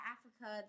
Africa